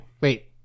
Wait